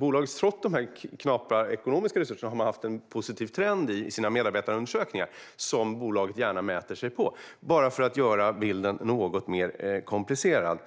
Men trots de knappa ekonomiska resurserna har man alltså haft en positiv trend i sina medarbetarundersökningar, som bolaget gärna mäter sig på - bara för att göra bilden något mer komplicerad.